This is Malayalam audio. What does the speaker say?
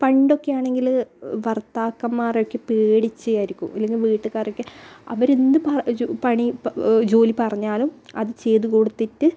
പണ്ടൊക്കെ ആണെങ്കിൽ ഭർത്താക്കന്മാരൊക്കെ പേടിച്ചായിരിക്കും ഇല്ലെങ്കിൽ വീട്ടുകാരൊക്കെ അവർ എന്ത് പണി ജോലി പറഞ്ഞാലും അത് ചെയ്തു കൊടുത്തിട്ട്